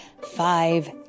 five